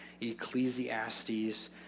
Ecclesiastes